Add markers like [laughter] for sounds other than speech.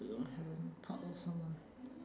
[noise] inherent part of someone